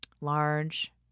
large